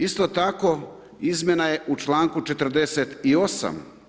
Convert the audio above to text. Isto tako izmjena je u članku 48.